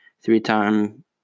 three-time